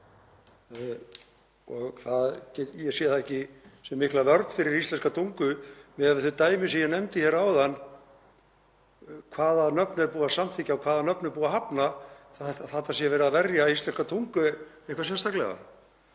Ég sé það ekki sem mikla vörn fyrir íslenska tungu, ef ég miða við þau dæmi sem ég nefndi hér áðan, um hvaða nöfn er búið að samþykkja og hvaða nöfnum er búið að hafna — að þar sé verið að verja íslenska tungu eitthvað sérstaklega.